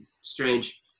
strange